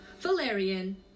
Valerian